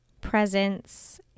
presence